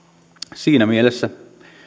siinä mielessä